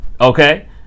okay